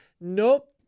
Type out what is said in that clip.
Nope